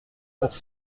pour